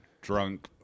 drunk